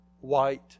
white